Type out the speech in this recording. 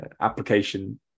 application